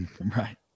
Right